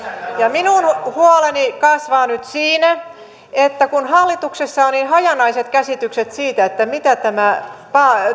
minun huoleni kasvaa nyt siitä että kun hallituksessa on niin hajanaiset käsitykset siitä mitä tämä